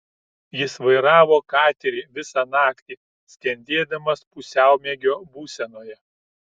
jis vairavo katerį visą naktį skendėdamas pusiaumiegio būsenoje